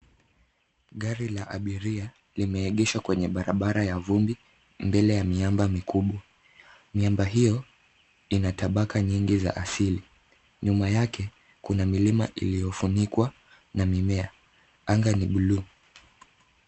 Gari la abiria limeegeshwa kwenye barabara ya vumbi mbele ya miamba mikubwa. Miamba hiyo inatabaka nyingi za asili. Nyuma yake kuna milima iliyofunikwa na mimea. Anga ni blue .